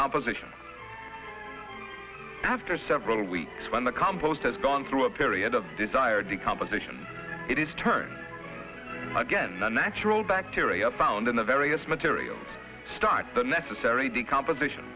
decomposition after several weeks when the compost has gone through a period of desired the composition it is turned again the natural bacteria found in the various materials start the necessary decomposition